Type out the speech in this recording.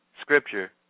scripture